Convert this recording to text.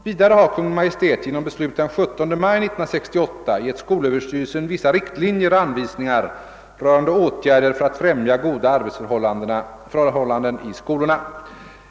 Vidare har Kungl. Maj:t genom beslut den 17 maj 1968 gett skolöverstyrelsen vissa riktlinjer och anvisningar rörande åtgärder för att främja goda arbetsförhållanden i skolorna.